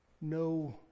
No